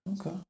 Okay